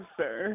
sir